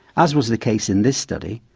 as was the case in this study,